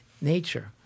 nature